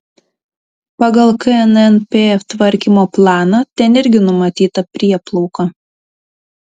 pagal knnp tvarkymo planą ten irgi numatyta prieplauka